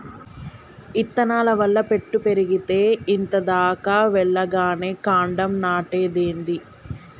ఇత్తనాల వల్ల పెట్టు పెరిగేతే ఇంత దాకా వెల్లగానే కాండం నాటేదేంది